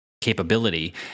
capability